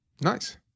Nice